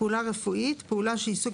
"פעולה רפואית" פעולה שהיא עיסוק